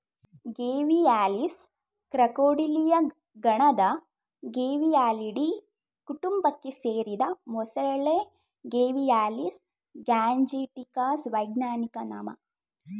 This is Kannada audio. ಗೇವಿಯಾಲಿಸ್ ಕ್ರಾಕೊಡಿಲಿಯ ಗಣದ ಗೇವಿಯಾಲಿಡೀ ಕುಟುಂಬಕ್ಕೆ ಸೇರಿದ ಮೊಸಳೆ ಗೇವಿಯಾಲಿಸ್ ಗ್ಯಾಂಜೆಟಿಕಸ್ ವೈಜ್ಞಾನಿಕ ನಾಮ